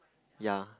ya